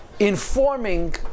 informing